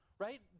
Right